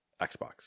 Xbox